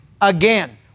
again